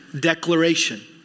declaration